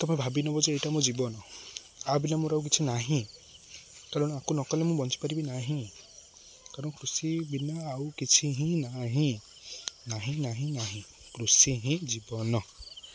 ତମେ ଭାବି ନେବ ଯେ ଏଇଟା ମୋ ଜୀବନ ଆ ବିିନା ମୋର ଆଉ କିଛି ନାହିଁ କାରଣ ଆକୁ ନକଲେ ମୁଁ ବଞ୍ଚିପାରିବି ନାହିଁ କାରଣ କୃଷି ବିନା ଆଉ କିଛି ହିଁ ନାହିଁ ନାହିଁ ନାହିଁ ନାହିଁ କୃଷି ହିଁ ଜୀବନ